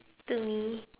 to me